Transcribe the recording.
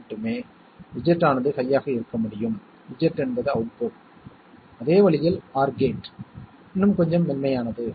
எனவே இது 1 க்கு சமமான நிகழ்வுகளை தனித்தனியாக எடுத்து இவ்வாறு கட்டப்பட்டுள்ளது